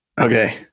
Okay